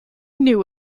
knew